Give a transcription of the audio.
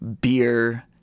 beer